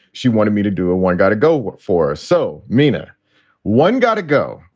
she wanted me to do a one. got to go. what for? so mina one got to go,